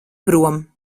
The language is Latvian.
prom